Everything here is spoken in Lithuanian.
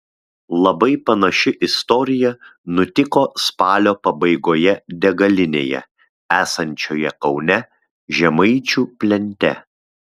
labai panaši istorija nutiko spalio pabaigoje degalinėje esančioje kaune žemaičių plente